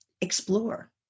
explore